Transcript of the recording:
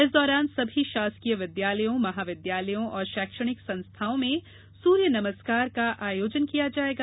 इस दौरान सभी शासकीय विद्यालयों महाविद्यालयों और शैक्षणिक संस्थाओं में सूर्य नमस्कार का आयोजन किया जायेगा